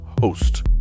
Host